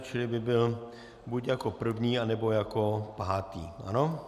Čili by byl buď jako první, anebo jako pátý, ano.